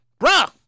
bruh